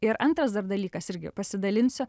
ir antras dar dalykas irgi pasidalinsiu